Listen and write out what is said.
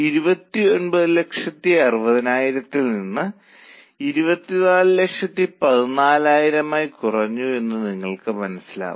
ഇപ്പോൾ കമ്പനി പരസ്യത്തിനായി 28500 ചിലവഴിക്കണമെന്നും വിൽപ്പന വില 32 ആക്കണമെന്നും അവർ നിർദ്ദേശിക്കുന്നു